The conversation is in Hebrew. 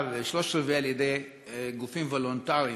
ושלושה-רבעים על-ידי גופים וולונטריים.